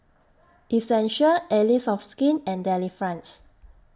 Essential Allies of Skin and Delifrance